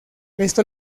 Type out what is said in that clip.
esto